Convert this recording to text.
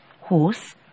horse